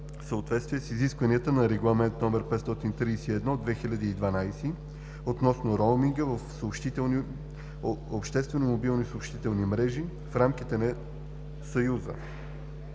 съответствие с изискванията на Регламент (ЕС) № 531/2012 относно роуминга в обществени мобилни съобщителни мрежи в рамките на Съюза